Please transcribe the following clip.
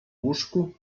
łóżku